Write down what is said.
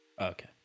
Okay